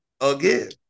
again